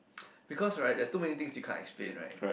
because right there's too many things we can't explain right